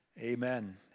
amen